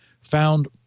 found